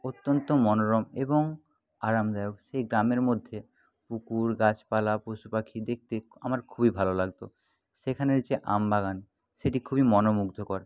অত্যন্ত মনোরম এবং আরামদায়ক সেই গ্রামের মধ্যে পুকুর গাছপালা পশুপাখি দেখতে আমার খুবই ভালো লাগত সেখানে রয়েছে আমবাগান সেটি খুবই মনোমুগ্ধকর